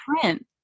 print